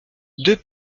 deux